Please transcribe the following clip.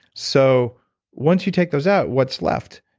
so once you take those out, what's left?